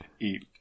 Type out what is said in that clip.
eat